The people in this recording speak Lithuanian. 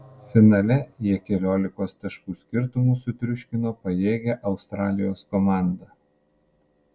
finale jie keliolikos taškų skirtumu sutriuškino pajėgią australijos komandą